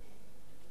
תעסוקה,